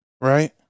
right